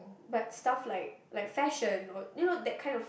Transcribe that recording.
but stuff like like fashion what you know that kind of